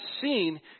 seen